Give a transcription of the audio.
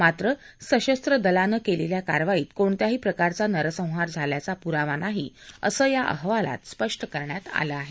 मात्र सशस्त्र दलानं केलेल्या कारवाईत कोणत्याही प्रकारचा नरसंहार झाल्याचा पुरावा नाही असं या अहवालात स्पष्ट करण्यात आलं आहे